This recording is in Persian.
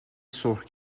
سرخ